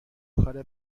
کار